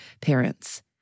parents